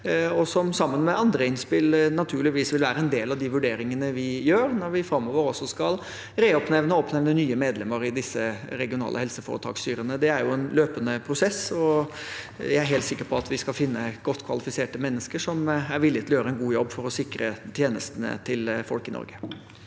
og som sammen med andre innspill naturligvis vil være en del av de vurderingene vi gjør når vi framover skal reoppnevne og oppnevne nye medlemmer i disse regionale helseforetaksstyrene. Det er en løpende prosess, og jeg er helt sikker på at vi skal finne godt kvalifiserte mennesker som er villige til å gjøre en god jobb for å sikre tjenestene til folk i Norge.